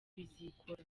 bizikora